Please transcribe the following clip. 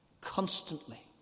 constantly